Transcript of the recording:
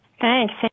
Thanks